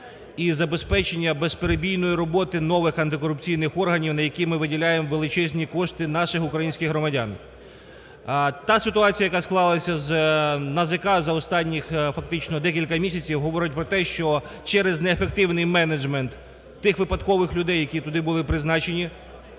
і забезпечення безперебійної роботи нових антикорупційних органів, на які ми виділяємо величезні кошти наших українських громадян. Та ситуація, яка склалася з НАЗК за останні фактично декілька місяців, говорить про те, що через неефективний менеджмент тих випадкових людей, які туди були призначені,